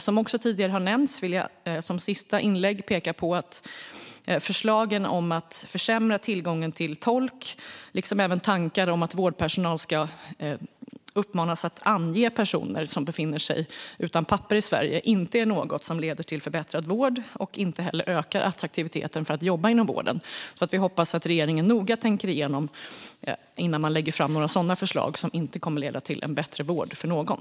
Jag vill slutligen ta upp förslagen om att försämra tillgången till tolk liksom tankarna på att vårdpersonal ska uppmanas att ange personer som befinner sig utan papper i Sverige, vilket har nämnts tidigare i debatten. Detta är inte något som leder till förbättrad vård och inte heller något som ökar attraktiviteten i att jobba inom vården. Vi hoppas att regeringen noga tänker igenom det och inte lägger fram sådana här förslag, som inte kommer att leda till bättre vård för någon.